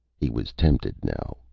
he was tempted now,